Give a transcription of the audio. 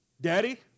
Daddy